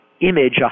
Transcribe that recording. image